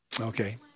Okay